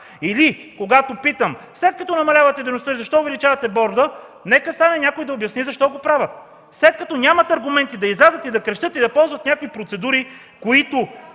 Или когато питам, след като намалявате дейността, защо увеличавате борда, някой да стане и да обясни защо го правят! След като нямат аргументи, да излязат и да крещят, и да ползват някакви процедури, които